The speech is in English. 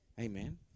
Amen